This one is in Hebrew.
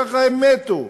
ככה הם מתו.